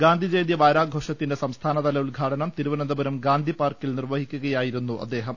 ഗാന്ധി ജയന്തി വാരാഘോഷ ത്തിന്റെ സംസ്ഥാനതല ഉദ്ഘാടനം തിരുവനന്തപുരം ഗാന്ധി പാർക്കിൽ നിർവ്വഹിക്കുകയായിരുന്നു അദ്ദേഹം